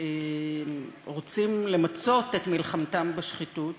שרוצים למצות את מלחמתם בשחיתות